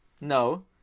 no